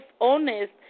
honest